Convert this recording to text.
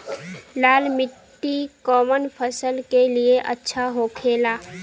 लाल मिट्टी कौन फसल के लिए अच्छा होखे ला?